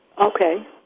Okay